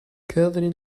kathleen